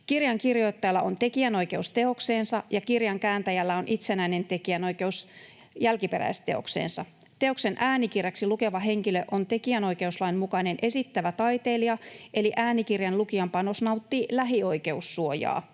Kirjan kirjoittajalla on tekijänoikeus teokseensa, ja kirjan kääntäjällä on itsenäinen tekijänoikeus jälkiperäisteokseensa. Teoksen äänikirjaksi lukeva henkilö on tekijänoikeuslain mukainen esittävä taiteilija, eli äänikirjan lukijan panos nautti lähioikeussuojaa.